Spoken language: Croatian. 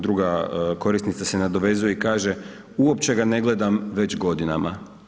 Druga korisnica se nadovezuje i kaže, uopće ga ne gledam već godinama.